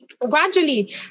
gradually